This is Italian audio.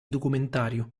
documentario